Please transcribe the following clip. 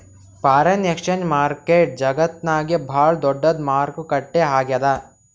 foreign exchange market ಜಗತ್ತ್ನಾಗೆ ಭಾಳ್ ದೊಡ್ಡದ್ ಮಾರುಕಟ್ಟೆ ಆಗ್ಯಾದ